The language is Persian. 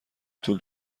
طول